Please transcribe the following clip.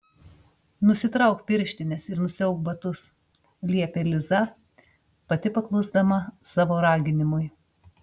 nusitrauk pirštines ir nusiauk batus liepė liza pati paklusdama savo raginimui